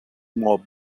mob